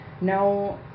no